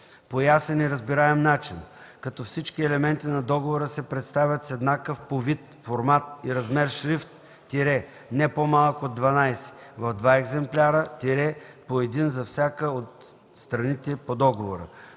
по ясен и разбираем начин, като всички елементи на договора се представят с еднакъв по вид, формат и размер шрифт – не по-малък от 12, в два екземпляра – по един за всяка от страните по договора.”